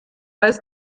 war